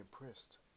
impressed